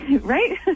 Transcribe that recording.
Right